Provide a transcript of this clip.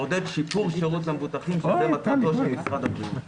מעודד שיפור שירות למבוטחים זו מטרתו של משרד הבריאות.